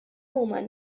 woman